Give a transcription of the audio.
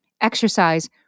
Exercise